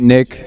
Nick